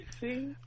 see